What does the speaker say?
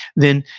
then,